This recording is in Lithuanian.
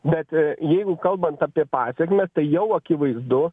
bet jeigu kalbant apie pasekmes tai jau akivaizdu